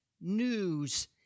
news